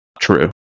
true